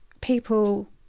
people